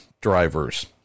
drivers